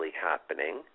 happening